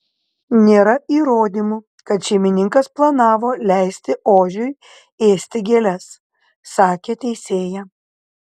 nėra įrodymų kad šeimininkas planavo leisti ožiui ėsti gėles sakė teisėja